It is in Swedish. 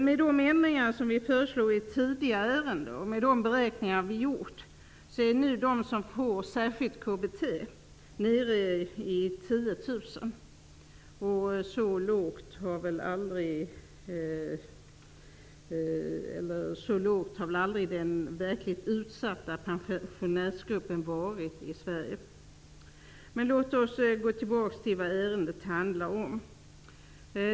Med de ändringar som vi här tidigare föreslagit och med de beräkningar som vi har gjort är antalet människor som får särskilt KBT endast 10 000. Antalet utsatta pensionärer i Sverige har väl aldrig varit så litet. Men åter till vad ärendet handlar om.